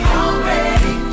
already